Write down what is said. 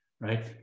right